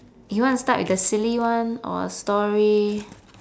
you want to start with the silly one or story